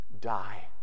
die